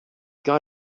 got